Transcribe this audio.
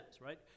right